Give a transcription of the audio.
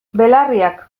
belarriak